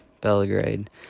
Belgrade